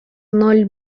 ноль